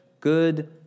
good